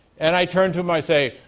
and i turned to him, i say,